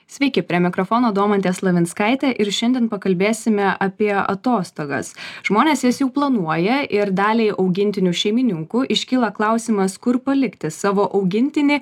sveiki prie mikrofono domantė slavinskaitė ir šiandien pakalbėsime apie atostogas žmonės jas jau planuoja ir daliai augintinių šeimininkų iškyla klausimas kur palikti savo augintinį